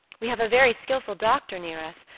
we have a very skilful doctor near us,